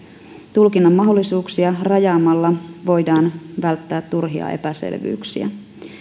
tulkinnan mahdollisuuksia rajaamalla voidaan välttää turhia epäselvyyksiä